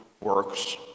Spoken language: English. works